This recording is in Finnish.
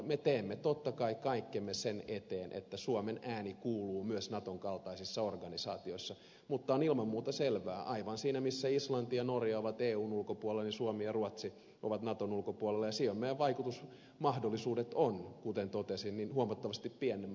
me teemme totta kai kaikkemme sen eteen että suomen ääni kuuluu myös naton kaltaisissa organisaatioissa mutta on ilman muuta selvää että siinä missä islanti ja norja ovat eun ulkopuolella suomi ja ruotsi ovat naton ulkopuolella ja silloin meidän vaikutusmahdollisuutemme ovat kuten totesin huomattavasti pienemmät